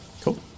Cool